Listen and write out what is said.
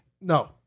No